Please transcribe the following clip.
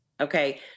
okay